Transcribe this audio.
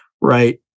right